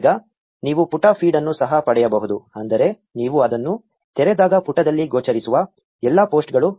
ಈಗ ನೀವು ಪುಟ ಫೀಡ್ ಅನ್ನು ಸಹ ಪಡೆಯಬಹುದು ಅಂದರೆ ನೀವು ಅದನ್ನು ತೆರೆದಾಗ ಪುಟದಲ್ಲಿ ಗೋಚರಿಸುವ ಎಲ್ಲಾ ಪೋಸ್ಟ್ಗಳು